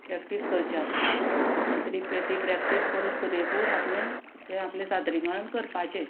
practice करची आसता तरी ती प्रॅक्टीस करून पुरेपूर आपणें तें आपलें सादरीकरण करपाचें